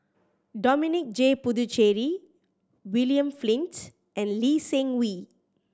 Dominic J Puthucheary William Flint and Lee Seng Wee